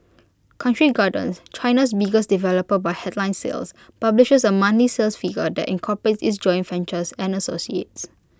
country garden China's biggest developer by headline sales publishes A monthly sales figure that incorporates its joint ventures and associates